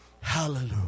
Hallelujah